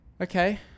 Okay